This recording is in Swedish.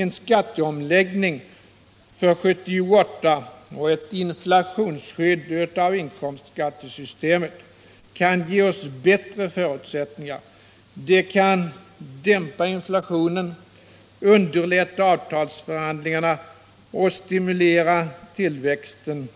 En skatteomläggning för 1978 och ett inflationsskydd av inkomstskattesystemet kan ge oss bättre förutsättningar. Det kan dämpa inflationen, underlätta avtalsförhandlingarna, stimulera tillväxten